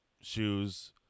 shoes